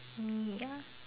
hmm ya